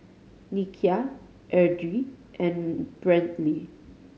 Nikia Edrie and Brantley